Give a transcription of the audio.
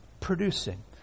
producing